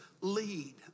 lead